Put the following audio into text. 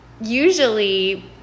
usually